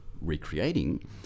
recreating